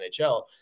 NHL